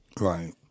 Right